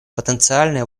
потенциальные